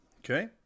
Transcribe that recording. Okay